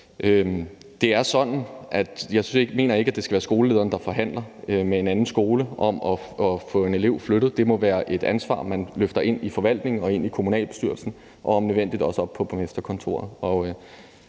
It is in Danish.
jeg mener ikke, det skal være skolelederen, der forhandler med en anden skole om at få en elev flyttet. Det må være et ansvar, man løfter ind i forvaltningen og ind i kommunalbestyrelsen og om nødvendigt også op på borgmesterkontoret.